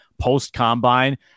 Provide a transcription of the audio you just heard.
post-combine